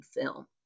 film